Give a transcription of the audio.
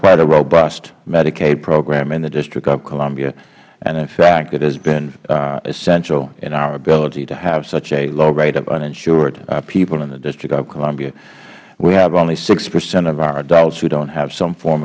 quite a robust medicaid program in the district of columbia and in fact it has been essential in our ability to have such a low rate of uninsured people in the district of columbia we have only hpercent of our adults who don't have some form